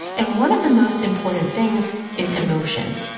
and one of the most important things is emotion.